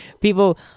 People